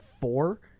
four